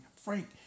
Frank